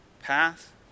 path